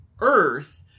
Earth